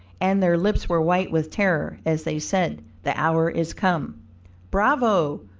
and their lips were white with terror, as they said the hour is come bravo!